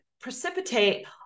precipitate